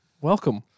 Welcome